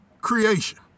creation